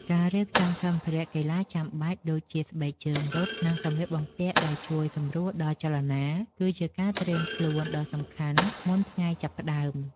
ការរៀបចំសម្ភារៈកីឡាចាំបាច់ ដូចជាស្បែកជើងរត់ និងសម្លៀកបំពាក់ដែលជួយសម្រួលដល់ចលនា គឺជាការត្រៀមខ្លួនដ៏សំខាន់មុនថ្ងៃចាប់ផ្ដើម។